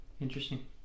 Interesting